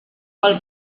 pel